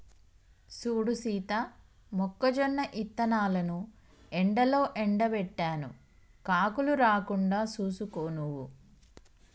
సూడు సీత మొక్కజొన్న ఇత్తనాలను ఎండలో ఎండబెట్టాను కాకులు రాకుండా సూసుకో నువ్వు